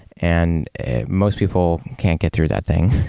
and most people can't get through that thing.